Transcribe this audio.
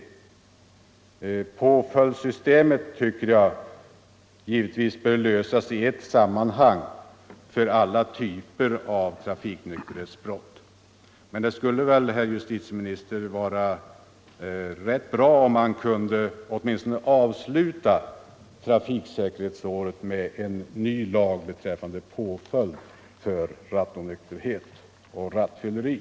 Tisdagen den Frågan om påföljdsystemet tycker jag bör lösas i ett sammanhang för 10 december 1974 alla typer av trafiknykterhetsbrott. Men det skulle väl, herr justitiemi = nister, vara rätt bra om man kunde åtminstone avsluta trafiksäkerhetsåret — Trafiknykterhetsmed en ny lag beträffande påföljd för rattonykterhet och rattfylleri.